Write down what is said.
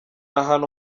ahantu